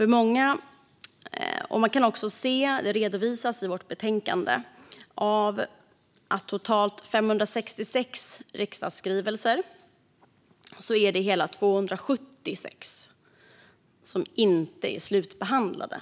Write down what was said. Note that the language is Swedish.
I vårt betänkande redovisas att av totalt 566 riksdagsskrivelser är hela 276 inte slutbehandlade.